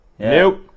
Nope